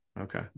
Okay